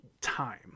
time